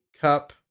cup